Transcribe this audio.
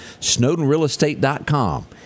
Snowdenrealestate.com